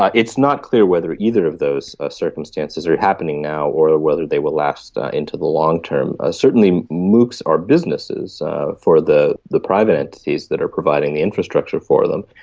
ah it's not clear whether either of those ah circumstances are happening now or whether they will last into the long term. ah certainly moocs our businesses for the the private entities that are providing the infrastructure for them,